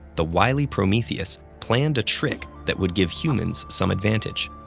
the wily prometheus planned a trick that would give humans some advantage.